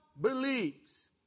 believes